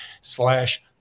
slash